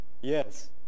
Yes